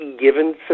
given